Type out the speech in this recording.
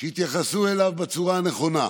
שיתייחסו אליו בצורה הנכונה.